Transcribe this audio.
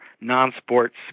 non-sports